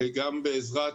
וגם בעזרת